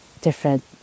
different